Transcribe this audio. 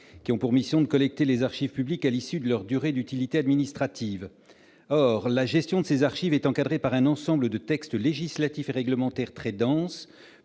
qui ont pour mission de collecter les archives publiques à l'issue de leur durée d'utilité administrative, or la gestion de ces archives est encadré par un ensemble de textes législatifs et réglementaires très dense,